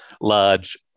large